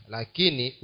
Lakini